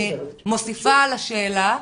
אני מוסיפה על השאלה.